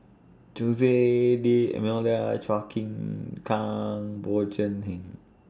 Jose D'almeida Chua Chim Kang Bjorn Shen